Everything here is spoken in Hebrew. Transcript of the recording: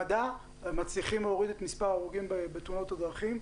התמדה מצליחים להוריד את מספר ההרוגים בתאונות הדרכים,